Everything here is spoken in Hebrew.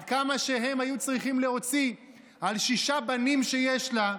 על כמה הם היו צריכים להוציא על שישה בנים שיש לה.